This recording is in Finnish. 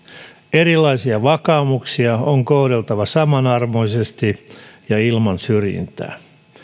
erilaisia vakaumuksia on kohdeltava samanarvoisesti ja ilman syrjintää